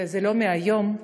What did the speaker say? זה לא מהיום,